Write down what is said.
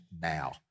now